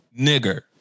Nigger